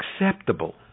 acceptable